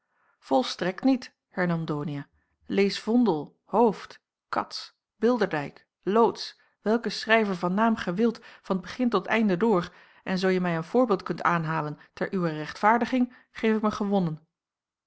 volstrekt niet hernam donia lees vondel hooft cats bilderdijk loots welke schrijvers van naam ge wilt van t begin tot het einde door en zoo je mij een voorbeeld kunt aanhalen ter uwer rechtvaardiging geef ik mij gewonnen